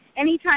Anytime